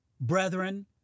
brethren